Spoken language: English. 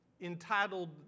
entitled